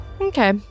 Okay